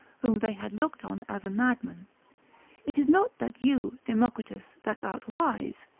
whom they had looked on as a madman it is not that you, democritus, that art wise,